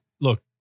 Look